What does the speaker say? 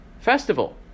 festival